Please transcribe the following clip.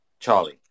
Charlie